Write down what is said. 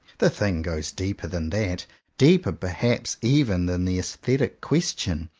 the thing goes deeper than that deeper perhaps even than the aesthetic question.